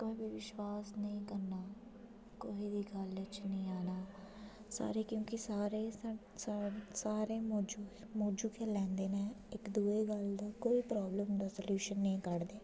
कुसै दा विश्वास नेईं करना कुसै दी गल्ल च निं औना क्योंकि सारे साढ़ा मौजू लैंदे न कोई साढी प्राॅब्लम दा सल्यूशन निं कढदा